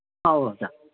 ꯑꯧ ꯑꯣꯖꯥ